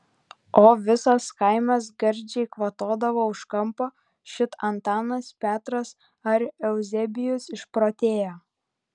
o visas kaimas gardžiai kvatodavo už kampo šit antanas petras ar euzebijus išprotėjo